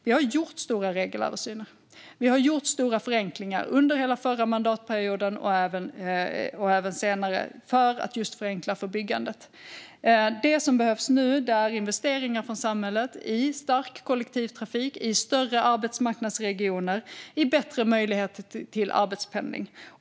Vi har gjort stora regelöversyner, och vi har gjort stora förenklingar under hela den förra mandatperioden och även senare, för att förenkla för byggandet. Det som behövs nu är investeringar från samhället i stark kollektivtrafik, i större arbetsmarknadsregioner och i bättre möjligheter till arbetspendling.